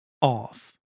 off